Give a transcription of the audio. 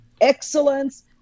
excellence